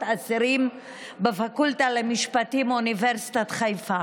אסירים בפקולטה למשפטים באוניברסיטת חיפה,